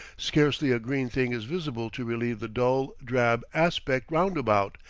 scarcely a green thing is visible to relieve the dull, drab aspect roundabout,